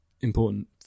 important